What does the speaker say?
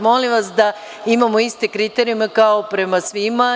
Molim vas da imamo iste kriterijume prema svima.